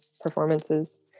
performances